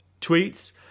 tweets